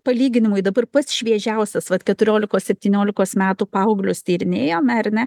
palyginimui dabar pats šviežiausias vat keturiolikos septyniolikos metų paauglius tyrinėjame ar ne